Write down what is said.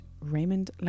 Raymond